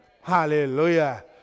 Hallelujah